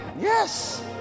yes